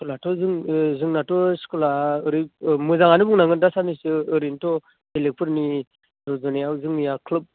स्कुलाथ' जों ओ जोंनाथ' स्कुला ओरै मोजाङानो बुंनांगोन दा सान्नैसो ओरैनोथ' बेलेगफोरनि रुजुनायाव जोंनिया खोब